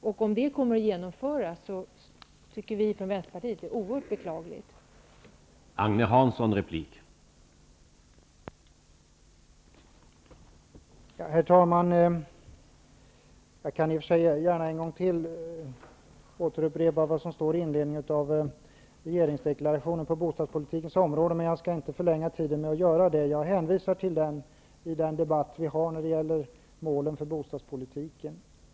Inom Vänsterpartiet tycker vi att det vore oerhört beklagligt om förslaget genomfördes.